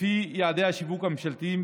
לפי יעדי השיווק הממשלתיים,